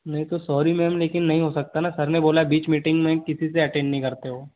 नहीं तो sorry ma'am लेकिन नहीं हो सकता ना सर ने बोला बीच मीटिंग में किसी से अटेंड नहीं करते वह